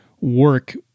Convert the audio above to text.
work